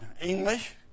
English